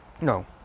No